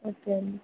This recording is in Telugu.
ఓకే అండి